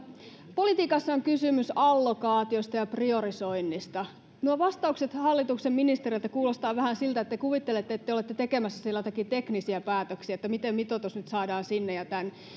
politiikassa on kysymys allokaatiosta ja priorisoinnista nuo vastaukset hallituksen ministereiltä kuulostavat vähän siltä että te kuvittelette että te olette tekemässä siellä joitakin teknisiä päätöksiä siitä miten mitoitus nyt saadaan sinne ja tänne